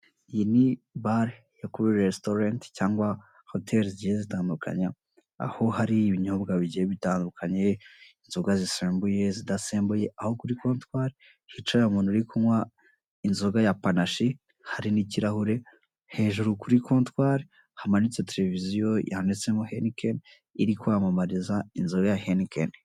Iyi ni bare yo kuri resitorenti cyangwa hoteri zigiye zitandukanye. Aho hari ibinyobwa bigiye bitandukanye, inzoga bisembuye, izidasembuye. Aho kuri kontwari hicaye umuntu uri kunywa inzoga ya panashi, hari n'ikirahure. Hejuru kuri kontwari hamanitse televiziyo yanditsemo Henikeni, iri kwamamariza inzoga ya Henikeni.